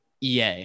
EA